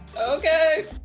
Okay